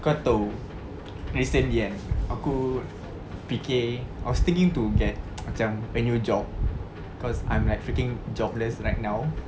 kau tahu recently kan aku fikir I was thinking to get macam a new job cause I'm like freaking jobless right now